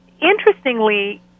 interestingly